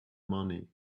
money